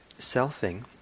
selfing